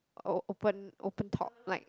o~ open open top like